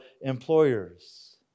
employers